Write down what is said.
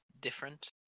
different